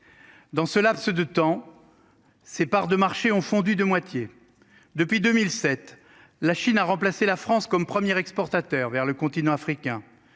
Dans ce laps de temps. Ses parts de marché ont fondu de moitié depuis 2007. La Chine a remplacé la France comme premier exportateur vers le continent africain.